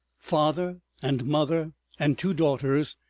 father and mother and two daughters,